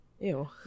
Ew